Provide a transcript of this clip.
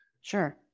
Sure